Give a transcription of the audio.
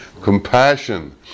Compassion